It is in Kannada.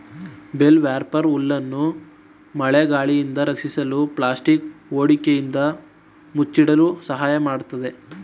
ಬೇಲ್ ರ್ಯಾಪರ್ ಹುಲ್ಲನ್ನು ಮಳೆ ಗಾಳಿಯಿಂದ ರಕ್ಷಿಸಲು ಪ್ಲಾಸ್ಟಿಕ್ ಹೊದಿಕೆಯಿಂದ ಮುಚ್ಚಿಡಲು ಸಹಾಯ ಮಾಡತ್ತದೆ